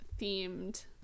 themed